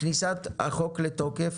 כניסת החוק לתוקף?